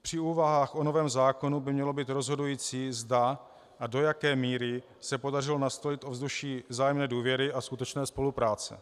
Při úvahách o novém zákonu by mělo být rozhodující, zda a do jaké míry se podařilo nastolit ovzduší vzájemné důvěry a skutečné spolupráce.